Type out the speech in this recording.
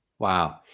Wow